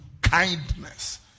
Kindness